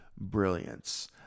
brilliance